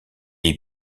est